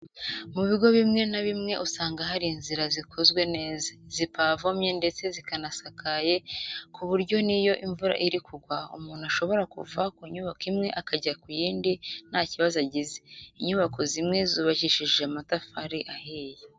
Mu bigo bimwe na bimwe usanga hari inzira zikozwe neza, zipavomye ndetse zinasakaye ku buryo n'iyo imvura iri kugwa umuntu ashobora kuva ku nyubako imwe akajya ku yindi nta kibazo agize. Inyubako zimwe zubakishije amatafari ahiye.